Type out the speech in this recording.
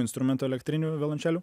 instrumentų elektrinių violončelių